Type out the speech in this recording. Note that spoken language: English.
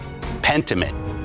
Pentiment